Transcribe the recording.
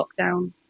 lockdown